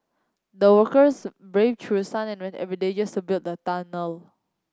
the workers brave through sun and rain every day just to build the tunnel